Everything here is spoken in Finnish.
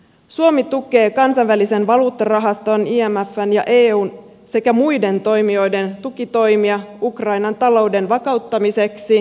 suomi tukee kansainvälisen valuuttarahaston imfn ja eun sekä muiden toimijoiden tukitoimia ukrainan talouden vakauttamiseksi